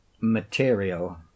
material